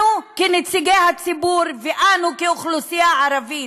בנו כנציגי הציבור ובנו כאוכלוסייה הערבית.